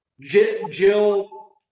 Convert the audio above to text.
Jill